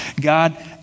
God